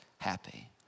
Happy